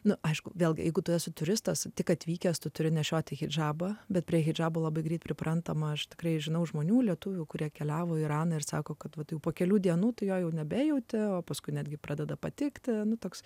na aišku vėlgi jeigu tu esi turistas tik atvykęs tu turi nešioti hidžabą bet prie hidžabų labai greit priprantama aš tikrai žinau žmonių lietuvių kurie keliavo į iraną ir sako kad jau po kelių dienų tu jau nebejautė o paskui netgi pradeda patikti nutiks